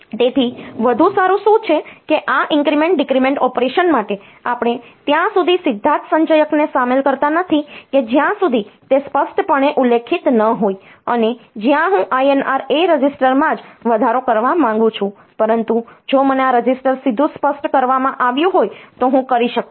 તેથી વધુ સારું શું છે કે આ ઇન્ક્રીમેન્ટ ડીક્રમેન્ટ ઑપરેશન માટે આપણે ત્યાં સુધી સીધા જ સંચયકને સામેલ કરતા નથી કે જ્યાં સુધી તે સ્પષ્ટપણે ઉલ્લેખિત ન હોય અને જ્યાં હું INR A રજિસ્ટરમાં જ વધારો કરવા માંગુ છું પરંતુ જો મને આ રજિસ્ટર સીધું સ્પષ્ટ કરવામાં આવ્યું હોય તો હું કરી શકું છું